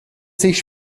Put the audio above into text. sich